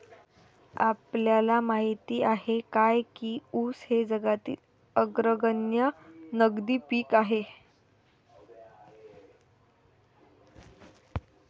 आपल्याला माहित आहे काय की ऊस हे जगातील अग्रगण्य नगदी पीक आहे?